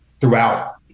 throughout